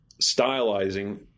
stylizing